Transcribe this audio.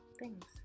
thanks